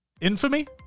infamy